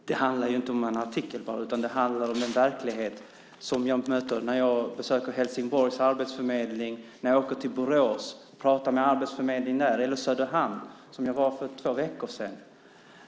Fru talman! Det handlar inte bara om en artikel. Det handlar om en verklighet som jag möter när jag besöker Helsingborgs arbetsförmedling, när jag åker till Borås och pratar med arbetsförmedlingen där eller i Söderhamn där jag var för två veckor sedan.